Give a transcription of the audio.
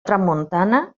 tramuntana